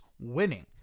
winning